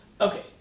okay